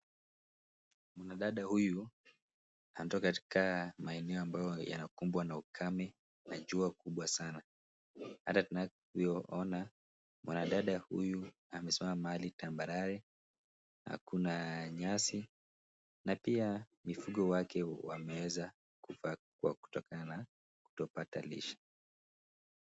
Mwana dada huyu anatoka katika maeneo ambayo yanakumbwa na ukame na jua kubwa sana, hata tunavyoona mwanadada huyu amesimama mahali tambarare, hakuna nyasi na pia mifugo wake wameweza kufa kwa kutokana na kutopata lishe.